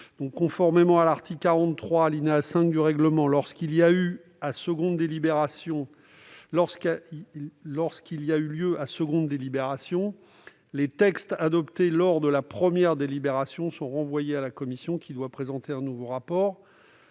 conformément à l'article 43, alinéa 5, du règlement, lorsqu'il y a lieu à seconde délibération, les textes adoptés lors de la première délibération sont renvoyés à la commission, qui doit présenter un nouveau rapport.